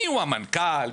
מיהו המנכ"ל,